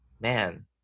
man